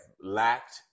lacked